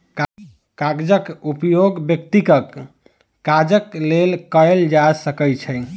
कागजक उपयोग व्यक्तिगत काजक लेल कयल जा सकै छै